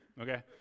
okay